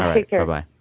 take care um ah